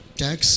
tax